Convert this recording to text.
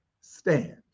stand